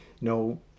no